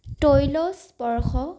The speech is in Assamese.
তৈল স্পৰ্শ